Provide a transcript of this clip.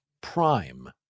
Prime